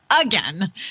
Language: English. again